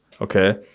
okay